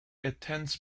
attends